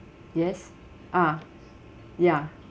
yes ah ya